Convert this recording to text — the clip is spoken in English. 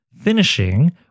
Finishing